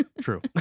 True